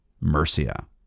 mercia